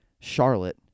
Charlotte